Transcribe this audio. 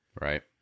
Right